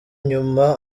nyuma